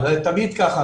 זה תמיד ככה.